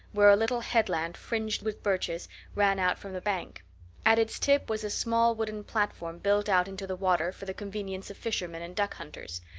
where a little headland fringed with birches ran out from the bank at its tip was a small wooden platform built out into the water for the convenience of fishermen and duck hunters.